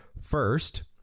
First